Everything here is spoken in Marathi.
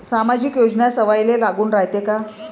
सामाजिक योजना सर्वाईले लागू रायते काय?